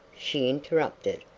she interrupted.